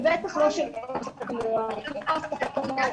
זאת עבודה מאוד מאוד מורכבת